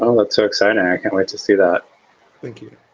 oh, it's so exciting. i can't wait to see that thank you.